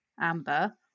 Amber